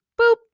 boop